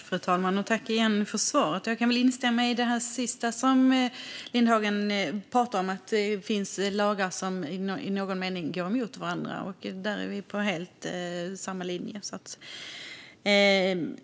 Fru talman! Tack igen för svaret! Jag kan instämma i det sista som Lindhagen talar om. Det finns lagar som i någon mening går emot varandra. Där är vi helt på samma linje.